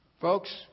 Folks